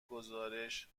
گزارش